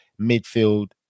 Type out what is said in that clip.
midfield